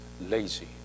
lazy